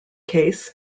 case